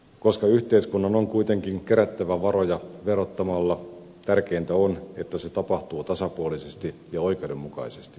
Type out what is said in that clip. koska yhteiskunnan on kuitenkin kerättävä varoja verottamalla tärkeintä on että se tapahtuu tasapuolisesti ja oikeudenmukaisesti